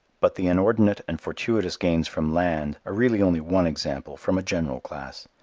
but the inordinate and fortuitous gains from land are really only one example from a general class.